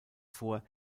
vor